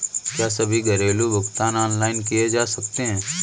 क्या सभी घरेलू भुगतान ऑनलाइन किए जा सकते हैं?